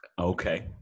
Okay